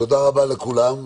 תודה רבה לכולם.